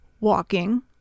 walking